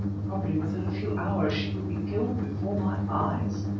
probably within a few hours she would be killed before my eyes.